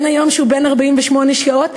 היום שהוא בן 48 שעות,